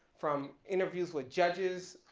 from interviews with judges,